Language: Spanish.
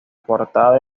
portada